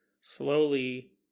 slowly